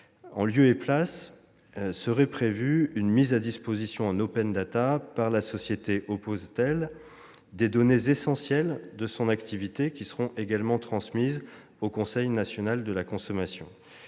En lieu et place serait prévue une mise à disposition en, par la société Opposetel, des « données essentielles » de son activité, qui seront également transmises au Conseil national de la consommation.